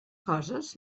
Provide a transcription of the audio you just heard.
coses